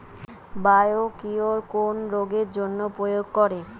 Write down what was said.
Biocure কোন রোগেরজন্য প্রয়োগ করে?